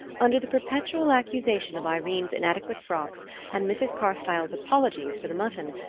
under the perpetual accusation of irene's inadequate frocks and mrs. carstyle's apologies for the mutton,